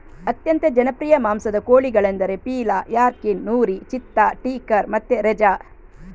ಅತ್ಯಂತ ಜನಪ್ರಿಯ ಮಾಂಸದ ಕೋಳಿಗಳೆಂದರೆ ಪೀಲಾ, ಯಾರ್ಕಿನ್, ನೂರಿ, ಚಿತ್ತಾ, ಟೀಕರ್ ಮತ್ತೆ ರೆಜಾ